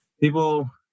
people –